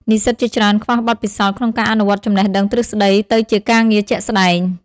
និស្សិតជាច្រើនខ្វះបទពិសោធន៍ក្នុងការអនុវត្តចំណេះដឹងទ្រឹស្តីទៅជាការងារជាក់ស្តែង។